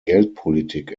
geldpolitik